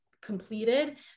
completed